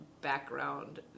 background